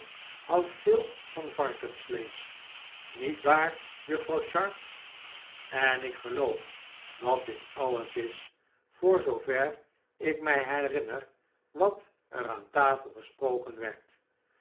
houdt veel van varkensvleesch niet waar juffrouw sharp en ik geloof dat dit alles is voor zoover ik mij herinner wat er aan tafel gesproken werd